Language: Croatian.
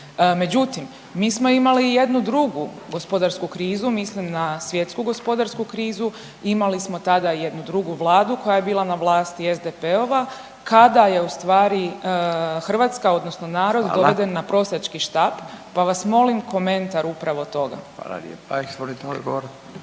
Međutim mi smo imali i jednu drugu gospodarsku krizu, mislim na svjetsku gospodarsku krizu, imali smo tada i jednu drugu Vladu koja je bila na vlasti, SPD-ova, kada je ustvari Hrvatska odnosno narod…/Upadica Radin: Hvala/…doveden na prosjački štap, pa vas molim komentar upravo toga.